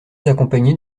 accompagner